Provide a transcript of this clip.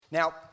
Now